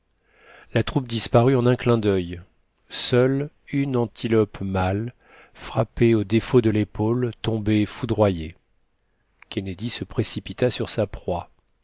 la troupe disparut en un clin d'il seule une antilope mâle frappée au défaut de l'épaule tombait foudroyée kennedy se précipita sur sa proie